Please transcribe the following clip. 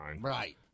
Right